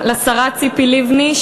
לשרה ציפי לבני,